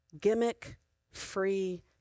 gimmick-free